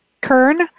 Kern